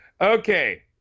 okay